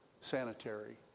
sanitary